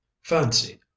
fancy